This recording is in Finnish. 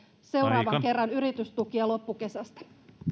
seuraavan kerran yritystukia loppukesästä